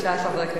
חבר הכנסת ברכה,